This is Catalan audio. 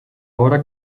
vora